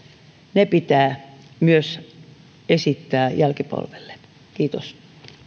ne pitää esittää myös jälkipolvelle kiitos